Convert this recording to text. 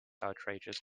outrageous